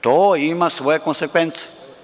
To ima svoje konsekvence.